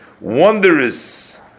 wondrous